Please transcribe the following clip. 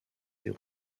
ihr